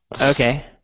Okay